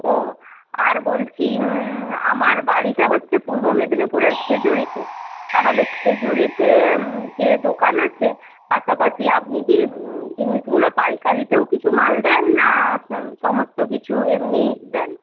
ও আর বলছি আমার বাড়িটা হচ্ছে পূর্ব মেদিনীপুরের খেজুরিতে তাহলে খেজুরিতে যে দোকান আছে পাশাপাশি আপনি কি জিনিসগুলো পাইকারিতেও কিছু মাল দেন না সমস্ত কিছু এমনিই দেন